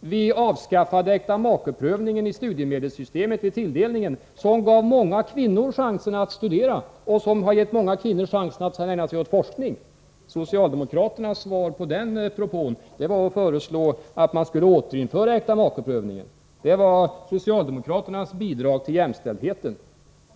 Vi avskaffade äktamakeprövningen i studiemedelssystemet, vilket gav många kvinnor chansen att studera och har gett många kvinnor chansen att ägna sig åt forskning. Socialdemokraternas svar på den propån var att föreslå att man skulle återinföra äktamakeprövningen. Det var socialdemokraternas bidrag till jämställdheten.